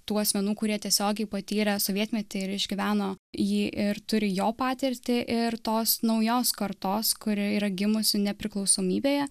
tų asmenų kurie tiesiogiai patyrė sovietmetį ir išgyveno jį ir turi jo patirtį ir tos naujos kartos kuri yra gimusi nepriklausomybėje